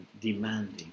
demanding